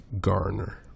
Garner